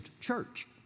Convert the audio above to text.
church